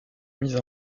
mis